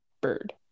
bird